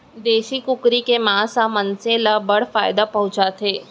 देसी कुकरी के मांस ह मनसे ल बड़ फायदा पहुंचाथे